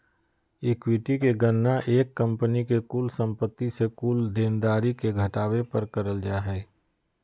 equity के गणना एक कंपनी के कुल संपत्ति से कुल देनदारी के घटावे पर करल जा हय